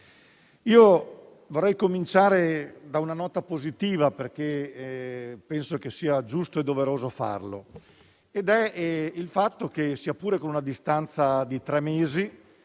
vorrei cominciare da una nota positiva, perché penso sia giusto e doveroso farlo. Mi riferisco al fatto che, sia pure con una distanza di tre mesi